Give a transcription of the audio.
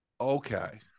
Okay